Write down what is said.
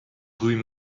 rue